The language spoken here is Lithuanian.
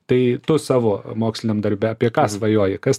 tai tu savo moksliniam darbe apie ką svajoji kas